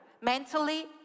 mentally